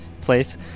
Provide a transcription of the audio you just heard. place